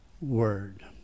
word